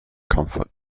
comfort